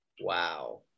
Wow